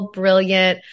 brilliant